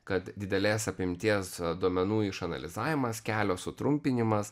kad didelės apimties duomenų išanalizavimas kelio sutrumpinimas